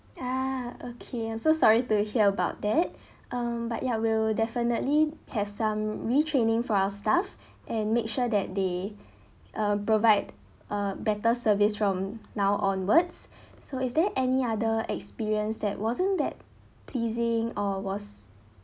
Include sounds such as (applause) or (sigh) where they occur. ah okay I'm so sorry to hear about that (breath) um but ya we'll definitely have some retraining for our staff (breath) and make sure that they uh provide a better service from now onwards (breath) so is there any other experience that wasn't that pleasing or was